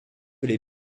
les